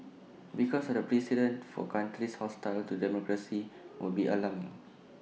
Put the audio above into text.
because the precedent for countries hostile to democracy would be alarming